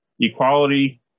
equality